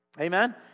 Amen